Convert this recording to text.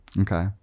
Okay